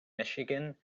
michigan